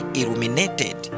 illuminated